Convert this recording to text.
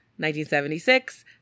1976